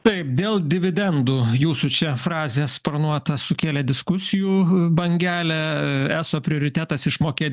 taip dėl dividendų jūsų čia frazė sparnuota sukelė diskusijų bangelę eso prioritetas išmokė